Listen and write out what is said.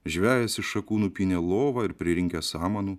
žvejas iš šakų nupynė lovą ir pririnkęs samanų